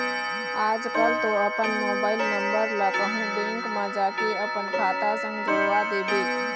आजकल तो अपन मोबाइल नंबर ला कहूँ बेंक म जाके अपन खाता संग जोड़वा देबे